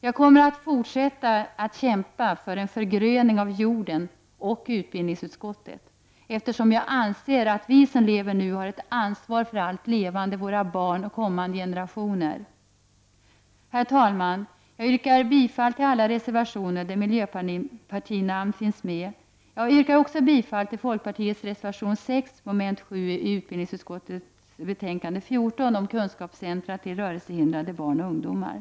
Jag kommer att fortsätta att kämpa för en förgröning av jorden — och av utbildningsutskottet — eftersom jag anser att vi som lever nu har ett ansvar för allt levande, för våra barn och för kommande generationer. Herr talman! Jag yrkar bifall till alla reservationer där miljöpartinamn finns med. Jag yrkar också bifall till folkpartiets reservation 6 mom. 7 i utbildningsutskottets betänkande 14, om kunskapscentra för rörelsehindrade barn och ungdomar.